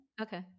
Okay